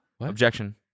Objection